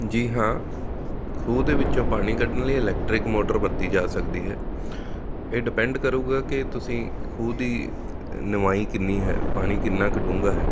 ਜੀ ਹਾਂ ਖੂਹ ਦੇ ਵਿੱਚੋਂ ਪਾਣੀ ਕੱਢਣ ਲਈ ਇਲੈਕਟਰਿਕ ਮੋਟਰ ਵਰਤੀ ਜਾ ਸਕਦੀ ਹੈ ਇਹ ਡਿਪੈਂਡ ਕਰੇਗਾ ਕਿ ਤੁਸੀਂ ਖੂਹ ਦੀ ਨੀਵਾਈਂ ਕਿੰਨੀ ਹੈ ਪਾਣੀ ਕਿੰਨਾ ਕੁ ਡੂੰਘਾ ਹੈ